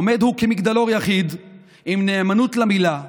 עומד הוא כמגדלור יחיד עם נאמנות למילה,